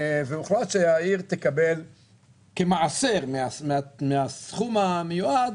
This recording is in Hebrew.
והוחלט שהעיר תקבל כמעשר מהסכום המיועד,